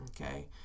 Okay